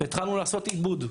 התחלנו לעשות עיבוד,